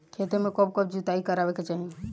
खेतो में कब कब जुताई करावे के चाहि?